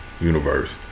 universe